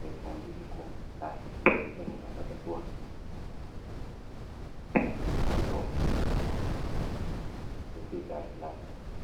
elfu mbili kumi na tano. Pia tunapata kuwa maandishi yameandikwa katika herufi ndogo. Maandishi haya ni herufi sawasawa kwa wote.